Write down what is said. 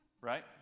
right